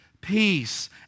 peace